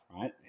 Right